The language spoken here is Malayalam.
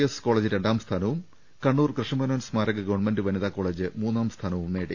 എസ് കോ ളേജ് രണ്ടാംസ്ഥാനവും കണ്ണൂർ കൃഷ്ണമേനോൻ സ്മാരക ഗ വൺമെന്റ് വനിതാകോളേജ് മൂന്നാം സ്ഥാനവും നേടി